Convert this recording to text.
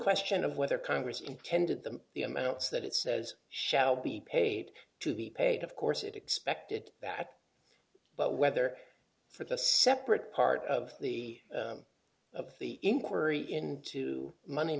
question of whether congress intended them the amounts that it says shall be paid to the pay of course it expected that but whether for the separate part of the of the inquiry into money